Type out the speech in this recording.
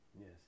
Yes